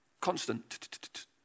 Constant